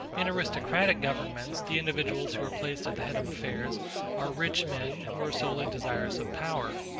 in aristocratic governments the individuals who are placed at the head of affairs are rich men, who are solely desirous of power.